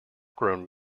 grown